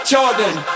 Jordan